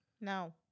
No